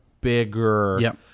bigger